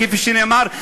כפי שנאמר,